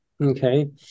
Okay